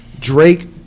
Drake